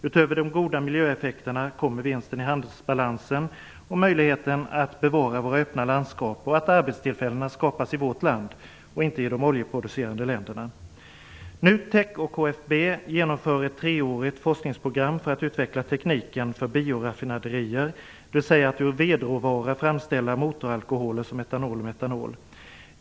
Utöver de goda miljöeffekterna kommer vinsten i handelsbalansen, möjligheten att bevara våra öppna landskap och att arbetstillfällen skapas i vårt land och inte i de oljeproducerande länderna. NUTEK och KFB genomför ett treårigt forskningsprogram för att utveckla tekniken för bioraffinaderier, dvs. att ur vedråvara framställa motoralkoholer som etanol och metanol.